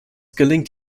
gelingt